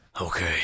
Okay